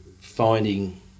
finding